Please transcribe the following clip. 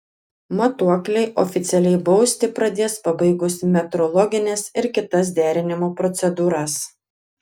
matuokliai oficialiai bausti pradės pabaigus metrologines ir kitas derinimo procedūras